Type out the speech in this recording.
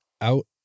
out